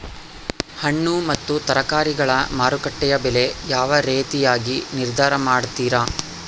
ಹಣ್ಣು ಮತ್ತು ತರಕಾರಿಗಳ ಮಾರುಕಟ್ಟೆಯ ಬೆಲೆ ಯಾವ ರೇತಿಯಾಗಿ ನಿರ್ಧಾರ ಮಾಡ್ತಿರಾ?